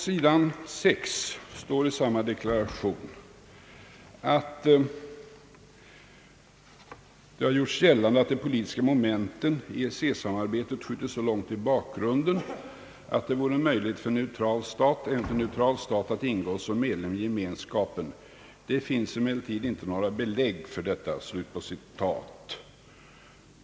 Strax efteråt i samma deklaration står att det gjorts gällande att det politiska momentet i samarbetet skjutits så långt i bakgrunden att det vore möjligt för en neutral stat att ingå som medlem i Gemenskapen. >»Det finns emellertid inte några belägg för detta», anfördes det vidare.